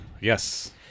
Yes